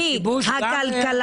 גם הכיבוש?